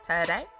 today